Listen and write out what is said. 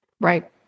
right